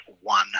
one